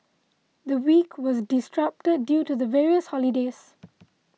the week was disrupted due to the various holidays